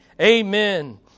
Amen